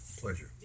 Pleasure